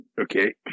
Okay